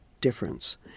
difference